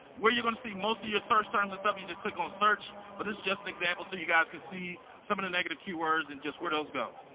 where you're gonna see most of your search terms and stuff, you just click on search, but it's just an example so you guys can see some of the negative keywords and just where those go.